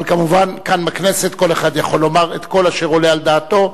אבל כמובן כאן בכנסת כל אחד יכול לומר את כל אשר עולה על דעתו.